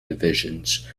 divisions